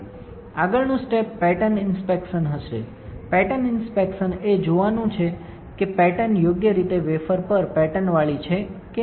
હું hard bake પછી આગળનું સ્ટેપ પેટર્ન ઇન્સ્પેક્શન હશે પેટર્ન ઇન્સ્પેક્શન એ જોવાનું છે કે પેટર્ન યોગ્ય રીતે વેફર પર પેટર્નવાળી છે કે નહીં